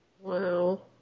Wow